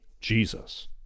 Jesus